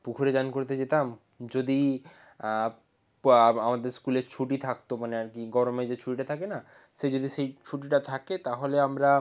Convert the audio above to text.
পুকুরে চান করতে যেতাম যদি আমাদের স্কুল ছুটি থাকতো মানে আর কি গরমে যে ছুটিটা থাকে না সে যদি সেই ছুটিটা থাকে তাহলে আমরা